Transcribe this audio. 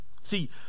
See